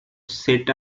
sit